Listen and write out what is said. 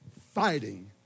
fighting